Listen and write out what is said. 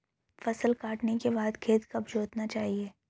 फसल काटने के बाद खेत कब जोतना चाहिये?